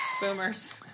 Boomers